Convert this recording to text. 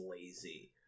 lazy